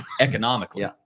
economically